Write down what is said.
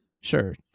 Sure